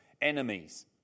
enemies